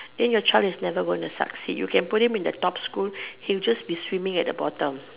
then your child is never going to succeed you can put him in the top school he will just be swimming at the bottom